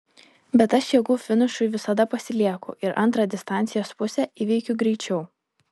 bet aš jėgų finišui visada pasilieku ir antrą distancijos pusę įveikiu greičiau